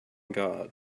god